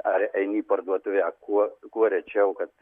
ar eini į parduotuvę kuo kuo rečiau kad